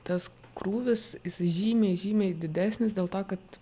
tas krūvis jisai žymiai žymiai didesnis dėl to kad